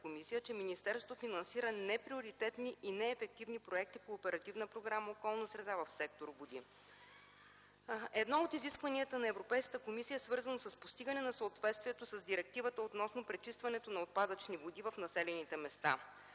комисия, че министерството финансира неприоритетни и неефективни проекти по Оперативна програма „Околна среда” в сектор „Води”. Едно от изискванията на Европейската комисия е свързано с постигане на съответствието с директивата относно пречистването на отпадъчни води в населените места.